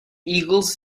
eagles